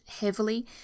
heavily